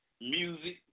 music